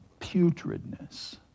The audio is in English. putridness